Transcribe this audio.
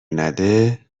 نده